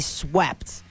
swept